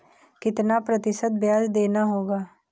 कितना प्रतिशत ब्याज देना होगा?